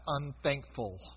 unthankful